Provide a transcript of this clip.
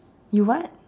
you what